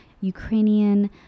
Ukrainian